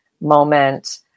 moment